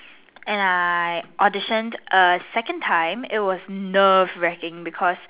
and I audition err second a time it was nerve wreaking because